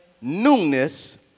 newness